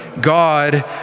God